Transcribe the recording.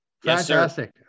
Fantastic